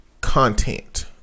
content